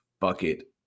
bucket